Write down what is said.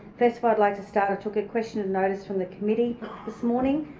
first of all, i'd like to start i took a question and notice from the committee this morning,